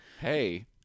Hey